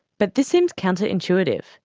but this seems counterintuitive.